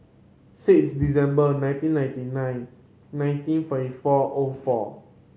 six December nineteen ninety nine nineteen forty four O four